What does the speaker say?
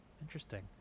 Interesting